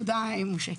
תודה, משה.